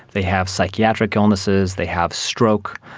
they have psychiatric illnesses, they have stroke,